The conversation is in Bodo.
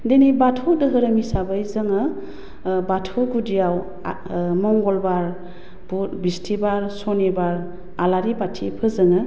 दिनै बाथौ दोहोरोम हिसाबै जोङो बाथौ गुदियाव मंगलबार बिसथिबार सुनिबार आलारि बाथि फोजोङो